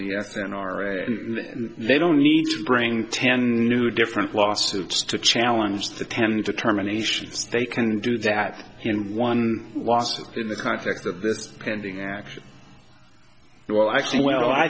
the s n r and they don't need to bring ten new different lawsuits to challenge to tend to terminations they can do that and one last in the context of this pending action well actually well i